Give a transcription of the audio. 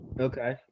Okay